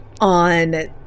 on